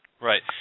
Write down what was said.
Right